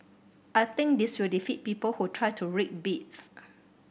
I think this will defeat people who try to rig bids